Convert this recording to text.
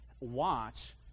watch